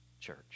church